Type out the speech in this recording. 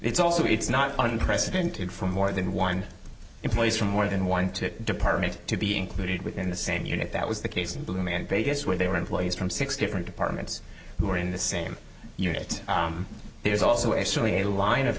it's also it's not unprecedented for more than one employees for more than one to department to be included within the same unit that was the case in blue and vegas where they were employees from six different departments who are in the same unit there's also actually a line of